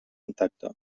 intacte